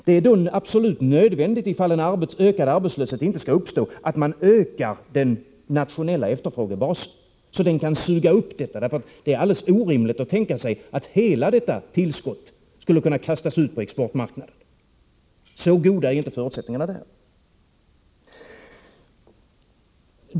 Det är då absolut nödvändigt för att en ökad arbetslöshet inte skall uppstå att man ökar den nationella efterfrågebasen så att den kan suga upp det tillskott som produktivitetsökningen innebär. Det är alldeles orimligt att tänka sig att hela detta tillskott skulle kunna kastas ut på exportmarknader. Så goda är inte förutsättningarna därvidlag.